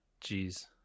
Jeez